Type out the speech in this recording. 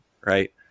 right